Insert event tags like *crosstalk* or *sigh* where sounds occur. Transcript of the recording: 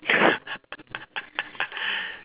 *laughs*